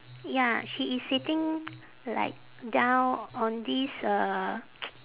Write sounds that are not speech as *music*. ya she is sitting like down on this uh *noise*